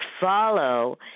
follow